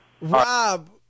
Rob